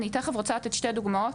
אני תכף רוצה לתת שתי דוגמאות,